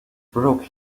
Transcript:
broke